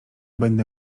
będę